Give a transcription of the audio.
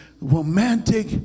romantic